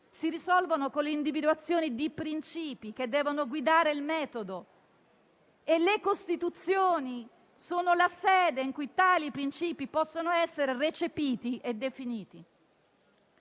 si risolvono con l'individuazione di principi che devono guidare il metodo e le Costituzioni sono la sede in cui tali principi possono essere recepiti e definiti.